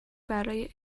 برای